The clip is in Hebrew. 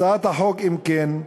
הצעת החוק, אם כן,